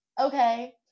okay